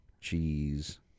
cheese